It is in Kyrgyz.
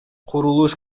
курулуш